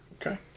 Okay